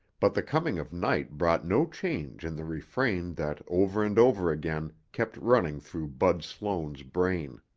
but the coming of night brought no change in the refrain that over and over again kept running through bud sloan's brain.